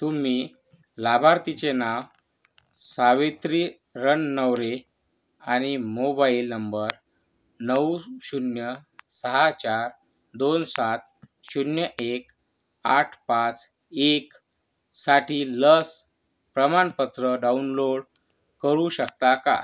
तुम्ही लाभार्थीचे नाव सावित्री रणनवरे आणि मोबाईल नंबर नऊ शून्य सहा चार दोन सात शून्य एक आठ पाच एक साठी लस प्रमाणपत्र डाउनलोड करू शकता का